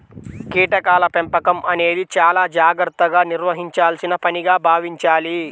కీటకాల పెంపకం అనేది చాలా జాగర్తగా నిర్వహించాల్సిన పనిగా భావించాలి